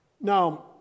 Now